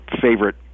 favorite